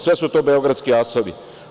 Sve su to beogradski asovi.